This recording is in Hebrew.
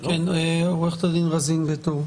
עו"ד רזין בית-אור.